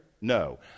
No